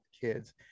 kids